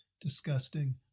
disgusting